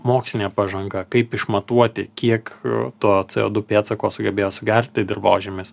mokslinė pažanga kaip išmatuoti kiek to c o du pėdsako sugebėjo sugerti dirvožemis